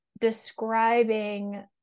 describing